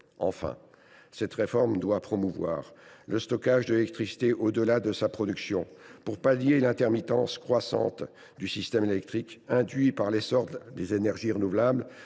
Enfin, cette réforme doit promouvoir le stockage de l’électricité, au delà de sa production. Pour pallier l’intermittence croissante du système électrique, induite par l’essor des énergies renouvelables,